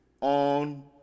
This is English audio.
on